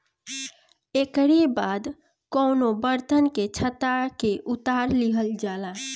एकरी बाद कवनो बर्तन में छत्ता के उतार लिहल जाला